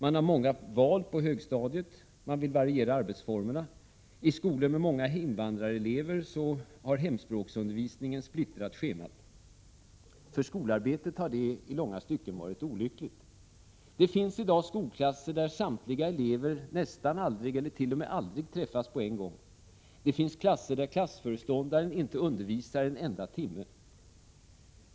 Man har många val på högstadiet, man vill variera arbetsformerna, och i skolor med många invandrarelever har hemspråksundervisningen splittrat schemat. För skolarbetet har det i långa stycken varit olyckligt. Det finns i dag klasser där samtliga elever aldrig eller nästan aldrig träffas på en gång, och det finns klasser där klassföreståndaren inte undervisar sina elever en enda timme.